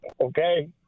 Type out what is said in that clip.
okay